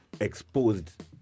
exposed